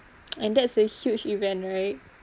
and that's a huge event right